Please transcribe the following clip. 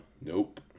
Nope